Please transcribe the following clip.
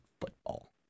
football